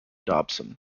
dobson